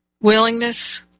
Willingness